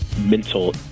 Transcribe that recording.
mental